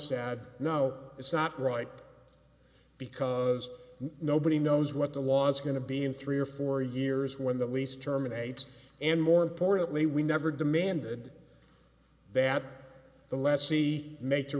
sad no it's not right because nobody knows what the laws are going to be in three or four years when the lease terminates and more importantly we never demanded that the less see m